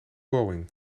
boeing